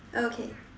okay